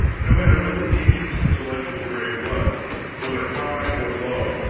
no matter what the nation's intellectual grade was whether high or low,